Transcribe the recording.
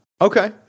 Okay